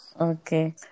Okay